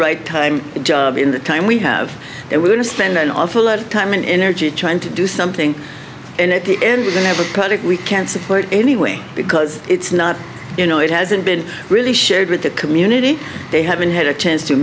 right time job in the time we have it we're going to spend an awful lot of time and energy trying to do something and at the end have a product we can't support anyway because it's not you know it hasn't been really shared with the community they haven't had a chance to